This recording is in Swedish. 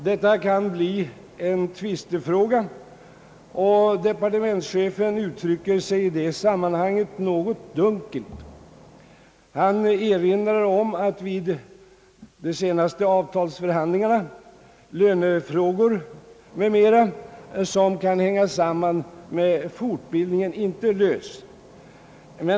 Detta kan bli en tvistefråga, och departementschefen uttrycker sig i det sammanhanget något dunkelt. Han erinrar om att vid de senaste avtalsförhandlingarna lönefrågor m. m, som kan hänga samman med fortbildningen inte lösts.